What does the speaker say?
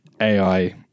AI